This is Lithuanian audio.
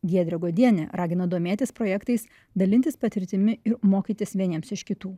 giedrė godienė ragino domėtis projektais dalintis patirtimi ir mokytis vieniems iš kitų